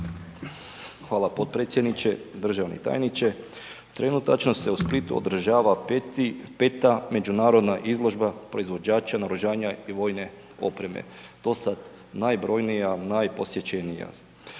Hvala potpredsjedniče. Državni tajniče, trenutačno se u Splitu održava 5. međunarodna izložba proizvođača naoružanja i vojne opreme, dosad najbrojnija, najposjećenija.